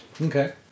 okay